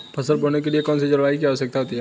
फसल बोने के लिए कौन सी जलवायु की आवश्यकता होती है?